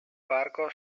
parco